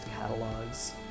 catalogs